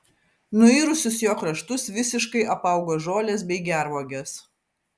nuirusius jo kraštus visiškai apaugo žolės bei gervuogės